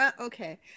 Okay